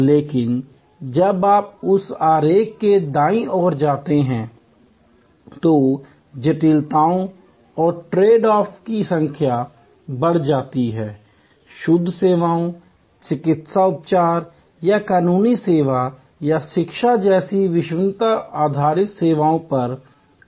लेकिन जब आप उस आरेख के दाईं ओर जाते हैं तो जटिलताओं और ट्रेडऑफ़ की संख्या बढ़ जाती है शुद्ध सेवाओं चिकित्सा उपचार या कानूनी सेवा या शिक्षा जैसी विश्वसनीयता आधारित सेवाओं पर अधिक जाएं